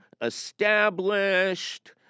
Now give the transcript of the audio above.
Established